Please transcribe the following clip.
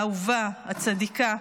האהובה, הצדיקה,